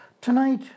Tonight